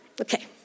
Okay